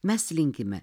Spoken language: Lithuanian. mes linkime